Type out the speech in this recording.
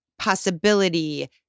possibility